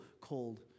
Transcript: called